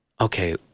okay